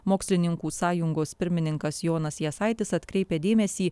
mokslininkų sąjungos pirmininkas jonas jasaitis atkreipė dėmesį